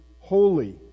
holy